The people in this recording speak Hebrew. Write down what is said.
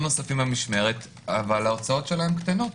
נוספים במשמרת אבל ההוצאות שלהם קטנות,